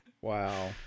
Wow